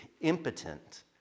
impotent